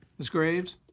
ms. graves.